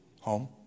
Home